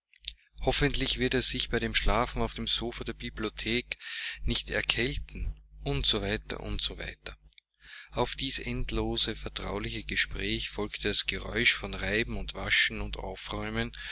hoffentlich wird er sich bei dem schlafen auf dem sofa der bibliothek nicht erkälten u s w u s w auf dies endlose vertrauliche gespräch folgte das geräusch von reiben und waschen und aufräumen